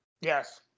Yes